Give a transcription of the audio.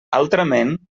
altrament